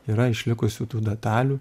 yra išlikusių tų detalių